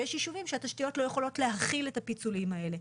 ויש יישובים שהתשתיות לא יכולות להכיל את הפיצולים האלה.